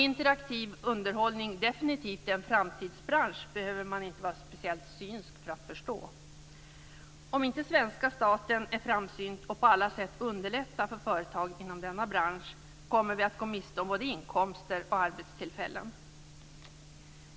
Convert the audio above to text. Man behöver inte vara speciellt synsk för att förstå att interaktiv underhållning definitivt är en framtidsbransch. Om inte svenska staten är framsynt och på alla sätt underlättar för företag inom denna bransch kommer vi att gå miste om både inkomster och arbetstillfällen.